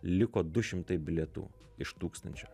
liko du šimtai bilietų iš tūkstančio